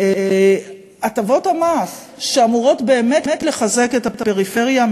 הטבות המס שאמורות באמת לחזק את הפריפריה,